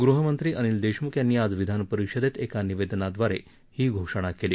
गृहमंत्री अनिल देशम्ख यांनी आज विधानपरिषदेत एका निवेदनाद्वारे ही घोषणा केली